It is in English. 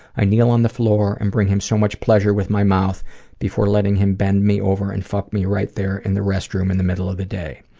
i kneel on the floor and bring him so much pleasure with my mouth before letting him bend me over and fuck me right there in the restroom in the middle of the day.